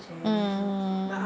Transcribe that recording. mm